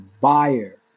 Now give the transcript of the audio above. buyer